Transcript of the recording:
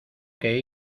que